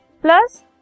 plus